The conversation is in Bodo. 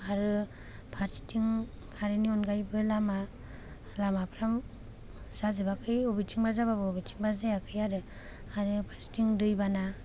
आरो फारसेथिं कारेन्टनि अनगायैबो लामा लामाफ्रा जाजोबाखै अबेथिंबा जाबाबो अबेथिंबा जायाखै आरो आरो फारसेथिं दै बाना